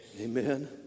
Amen